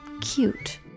cute